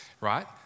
right